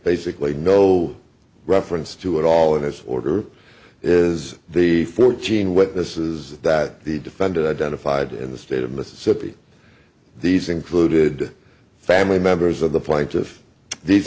basically no reference to it all in this order is the fourteen witnesses that the defendant identified in the state of mississippi these included family members of the plaintiff these